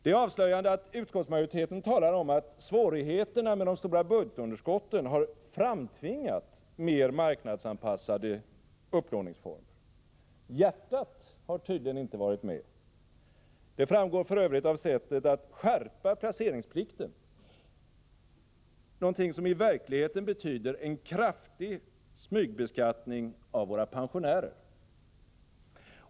Det är avslöjande att utskottsmajoriteten talar om att svårigheterna med de stora budgetunderskotten har framtvingat mer marknadsanpassade upplåningsformer. Hjärtat hat tydligen inte varit med. Det framgår f.ö. av sättet att skärpa placeringsplikten, någonting som i verkligheten betyder en kraftig smygbeskattning av våra pensionärer.